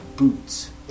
Boots